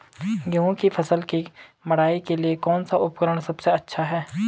गेहूँ की फसल की मड़ाई के लिए कौन सा उपकरण सबसे अच्छा है?